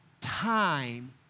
time